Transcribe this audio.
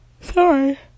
sorry